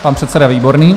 Pan předseda Výborný.